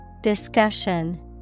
Discussion